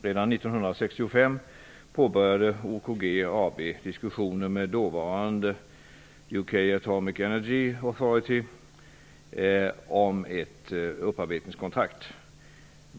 Redan 1965 påbörjade OKG AB diskussioner med dåvarande UK Atomic Energy Authority om ett upparbetningskontrakt.